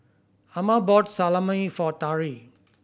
Amma bought Salami for Tari